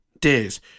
days